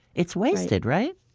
it's wasted right?